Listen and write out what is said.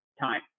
time